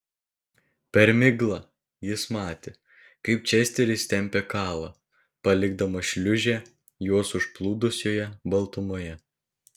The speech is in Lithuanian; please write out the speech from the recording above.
per miglą jis matė kaip česteris tempia kalą palikdamas šliūžę juos užplūdusioje baltumoje